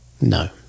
No